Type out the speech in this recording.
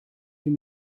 dem